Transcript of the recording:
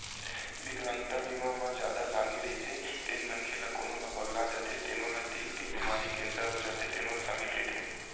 बिकलांगता बीमा म जादा लागे रहिथे तेन मनखे ला कोनो ह पगला जाथे तेनो ला दिल के बेमारी, केंसर हो जाथे तेनो ह सामिल रहिथे